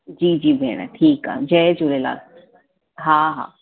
जी जी भेण ठीकु आहे जय झूलेलाल हा हा